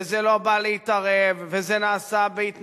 וזה לא בא להתערב, וזה נעשה בהתנדבות,